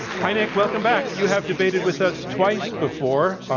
hi, nick. welcome back. you have debated with us twice before.